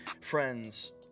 Friends